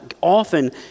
often